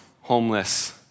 homeless